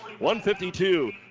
152